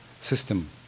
system